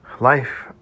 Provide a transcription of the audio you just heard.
Life